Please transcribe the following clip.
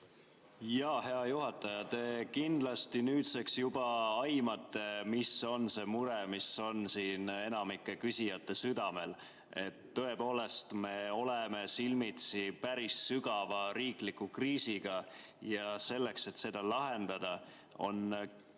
... Hea juhataja! Te kindlasti nüüdseks juba aimate, mis on see mure, mis on enamikul küsijatel südamel. Tõepoolest, me oleme silmitsi päris sügava riikliku kriisiga ja selleks, et seda lahendada, on